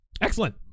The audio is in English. Excellent